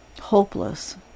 hopeless